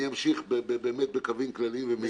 אני אמשיך בקווים כלליים ומהירים.